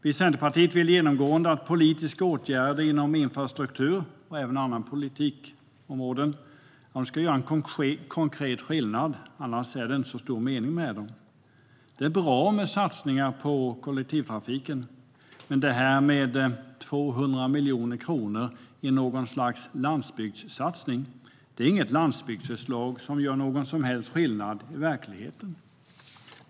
Vi i Centerpartiet vill genomgående att politiska åtgärder inom infrastruktur, och även på andra politikområden, ska göra konkret skillnad. Annars är det inte stor mening med dem. Det är bra med satsningar på kollektivtrafiken, men 200 miljoner kronor i något slags landsbygdssatsning är inte ett landsbygdsförslag som gör någon som helst skillnad i verkligheten.